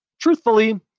Truthfully